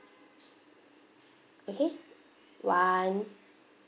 okay one